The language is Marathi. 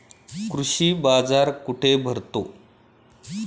कृषी बाजार कुठे भरतो?